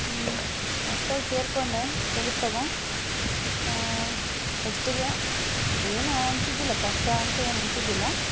ಹೊಸ್ತಾಗಿ ಸೇರಿಕೊಂಡೆ ಕೆಲಸದಾಗ ಫಸ್ಟಿಗೆ ಏನೂ ಅನಿಸಿದ್ದಿಲ್ಲ ಕಷ್ಟ ಅಂತ ಏನು ಅನಿಸಿದ್ದಿಲ್ಲ